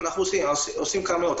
עושים הרבה.